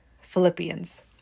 Philippians